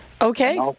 Okay